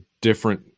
different